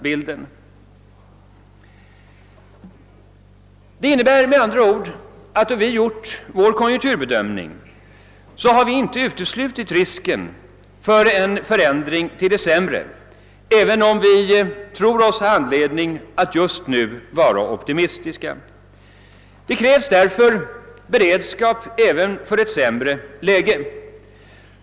Vi har därför när vi gjort vår konjunkturbedömning inte uteslutit risken för en förändring till det sämre, även om vi tror oss ha anledning att just nu vara optimistiska. Det krävs en beredskap även för ett sämre läge.